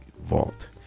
vault